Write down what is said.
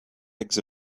eggs